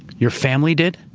your family did?